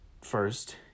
first